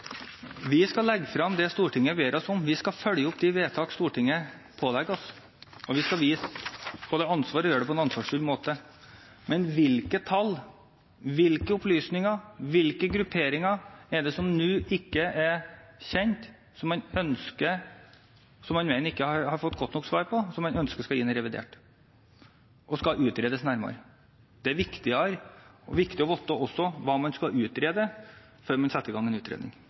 Vi skal legge frem det Stortinget ber oss om, vi skal følge opp de vedtak Stortinget pålegger oss, og vi skal vise ansvar og gjøre det på en ansvarsfull måte. Når det gjelder hvilke tall, hvilke opplysninger og hvilke grupperinger det er som nå ikke er kjent – hva man mener man ikke har fått godt nok svar på, som man ønsker skal inn i revidert, og som skal utredes nærmere, er det viktig å vite hva man skal utrede, før man setter i gang en utredning.